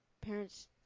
parents